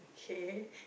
K